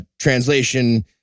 Translation